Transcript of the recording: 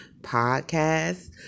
Podcast